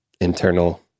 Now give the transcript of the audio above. internal